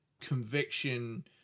conviction